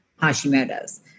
Hashimoto's